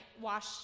wash